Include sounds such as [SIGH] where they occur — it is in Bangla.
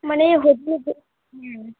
মানে [UNINTELLIGIBLE] হুম